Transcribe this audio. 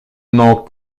n’ont